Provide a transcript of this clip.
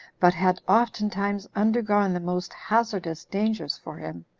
but had oftentimes undergone the most hazardous dangers for him,